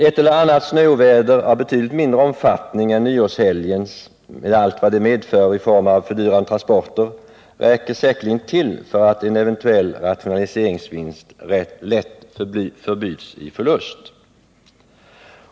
Ett eller annat snöoväder av betydligt mindre omfattning än nyårshelgens med allt vad det medför i form av fördyrade transporter räcker säkerligen till för att en eventuell rationaliseringsvinst förbyts i förlust.